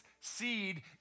seed